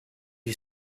you